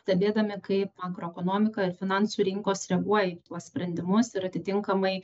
stebėdami kaip makroekonomika ir finansų rinkos reaguoja į tuos sprendimus ir atitinkamai